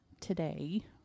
today